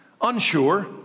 unsure